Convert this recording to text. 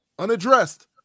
unaddressed